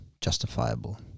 justifiable